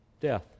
death